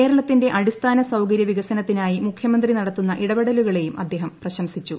കേരളത്തിന്റെ അടിസ്ഥാന സൌകര്യ വികസനത്തിനായി മുഖ്യമന്ത്രി നടത്തുന്ന ഇടപെടലുകളെയും അദ്ദേഹം പ്രശംസിച്ചു